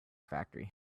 factory